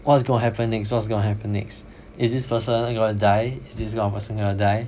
what's going to happen next what's gonna happen next is this person going to die is this wrong person gonna die